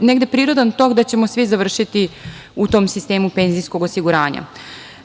negde prirodan tok da ćemo svi završiti u tom sistemu penzijskog osiguranja.